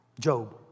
Job